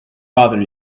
bother